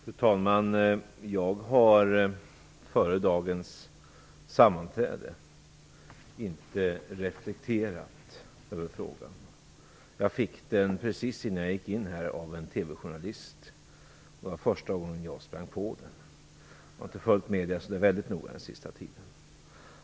Fru talman! Jag har före dagens sammanträde inte reflekterat över frågan. Jag fick den precis innan jag gick in här av en TV-journalist, och det var första gången jag sprang på den. Jag har inte följt medierna så noga den senaste tiden.